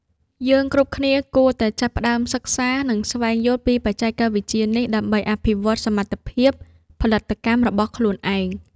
យើងគ្រប់គ្នាគួរតែចាប់ផ្តើមសិក្សា និង ស្វែងយល់ពីបច្ចេកវិទ្យានេះដើម្បីអភិវឌ្ឍសមត្ថភាពផលិតកម្មរបស់ខ្លួនឯង។